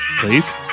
Please